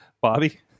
Bobby